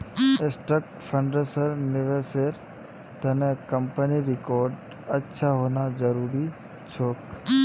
trust फंड्सेर निवेशेर त न कंपनीर रिकॉर्ड अच्छा होना जरूरी छोक